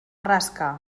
rasca